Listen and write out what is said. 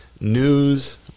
news